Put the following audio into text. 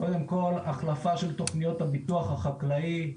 קודם כל החלפה של תוכניות הביטוח החקלאי,